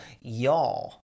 y'all